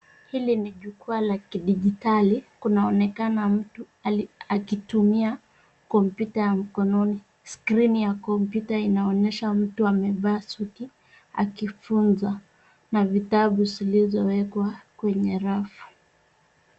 Hili ni jukwaa la kidigitali kunaonekana mtu akitumia kompyuta mkononi. Skrini ya kompyuta inaonyesha mtu amevaa suti akifunza na vitabu zilizowekwa kwenye rafu.